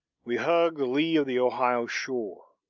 we hug the lee of the ohio shore.